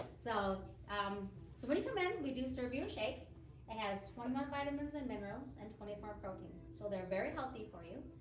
so um so when you come in we do serve you a shake, it has twenty one vitamins and minerals and twenty four protein, so they're very healthy for you.